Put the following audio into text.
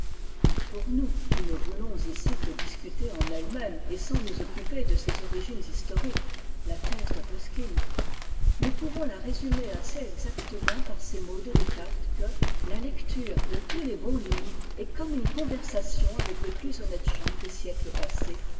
pour nous qui ne voulons ici que discuter en elle-même et sans nous occuper de ses origines historiques la thèse de ruskin nous pouvons la résumer assez exactement par ces mots de descartes que la lecture de tous les bons livres est comme une conversation avec les plus honnêtes gens des siècles passés